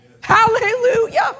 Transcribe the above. hallelujah